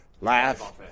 laugh